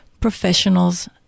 professionals